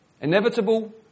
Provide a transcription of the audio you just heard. Inevitable